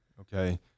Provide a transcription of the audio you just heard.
Okay